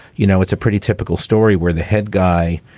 you know, it's a pretty typical story where the head guy